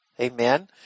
Amen